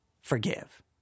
forgive